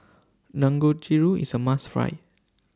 Dangojiru IS A must Try